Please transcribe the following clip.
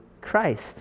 Christ